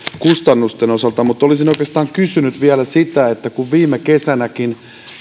kustannusten osalta olisin oikeastaan kysynyt vielä sitä että kun viime kesänäkin